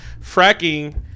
fracking